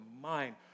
mind